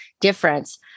difference